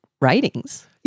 ratings